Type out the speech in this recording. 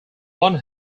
one